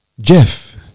Jeff